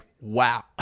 wow